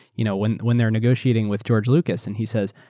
you know when when they're negotiating with george lucas and he says,